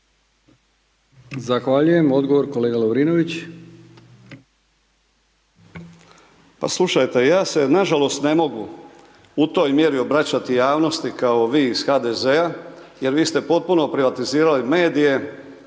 Ivan (Promijenimo Hrvatsku)** Pa slušajte, ja se nažalost ne mogu u toj mjeri obraćati javnosti kao vi iz HDZ-a jer vi ste potpuno privatizirali medije,